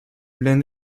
lend